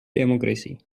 democracy